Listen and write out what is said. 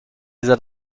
that